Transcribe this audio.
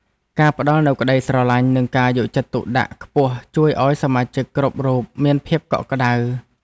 ការផ្តល់នូវក្តីស្រឡាញ់ និងការយកចិត្តទុកដាក់ខ្ពស់ជួយឱ្យសមាជិកគ្រប់រូបមានភាពកក់ក្តៅ។